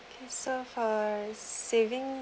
so for savings